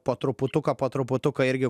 po truputuką po truputuką irgi